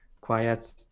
quiet